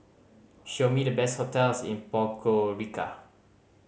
show me the best hotels in Podgorica